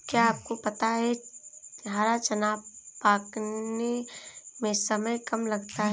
क्या आपको पता है हरा चना पकाने में समय कम लगता है?